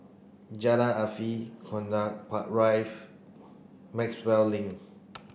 Jalan Afifi Connaught Maxwell Link